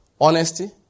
honesty